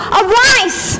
arise